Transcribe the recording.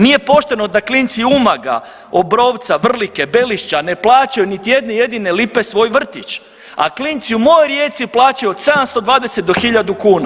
Nije pošteno da klinci Umaga, Obrovca, Vrlike, Belišća, ne plaćaju niti jednu jedine lipe svoj vrtić, a klinci u mojoj Rijeci plaćaju od 720 do 1000 kuna.